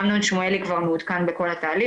אמנון שמואלי כבר מעודכן בכל התהליך.